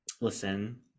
Listen